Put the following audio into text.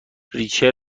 ریچل